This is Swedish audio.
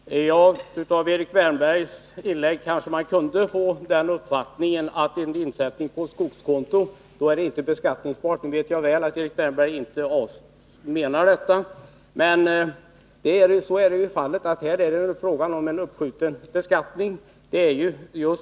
Fru talman! Av Erik Wärnbergs inlägg kunde man kanske få den uppfattningen att en insättning på skogskonto inte är beskattningsbar. Nu vet jag att Erik Wärnberg inte menar det. Här är det fråga om en uppskjuten beskattning.